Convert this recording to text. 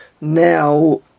Now